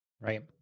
Right